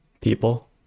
people